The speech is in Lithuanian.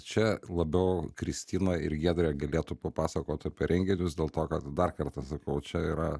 čia labiau kristina ir giedrė galėtų papasakot apie renginius dėl to kad dar kartą sakau čia yra